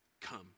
come